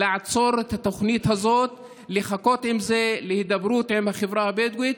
לעצור את התוכנית הזאת ולחכות עם זה להידברות עם החברה הבדואית,